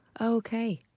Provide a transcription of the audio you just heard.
okay